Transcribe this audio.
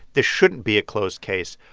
this shouldn't be a closed case.